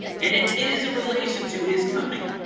and it is a relation to his coming